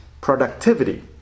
productivity